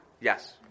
Yes